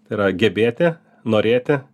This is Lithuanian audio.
tai yra gebėti norėti